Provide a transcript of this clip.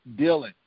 Dylan